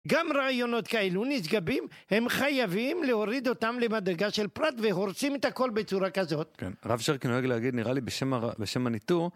גם רעיונות כאלו נשגבים, הם חייבים להוריד אותם למדרגה של פרט והורסים את הכל בצורה כזאת. כן, הרב שרקי נוהג להגיד, נראה לי בשם מניטו